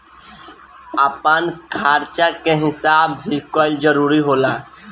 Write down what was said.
आपन खर्चा के हिसाब भी कईल जरूरी होला